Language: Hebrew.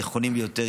הנכונים ביותר,